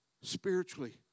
spiritually